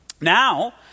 Now